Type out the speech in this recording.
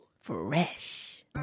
fresh